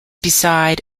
beside